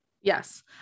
Yes